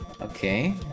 Okay